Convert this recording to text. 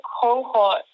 cohort